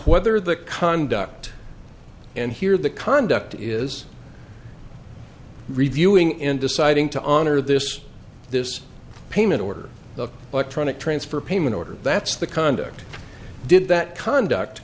whether the conduct and here the conduct is reviewing in deciding to honor this this payment order the electronic transfer payment order that's the conduct did that conduct